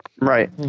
Right